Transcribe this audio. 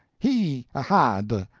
he had,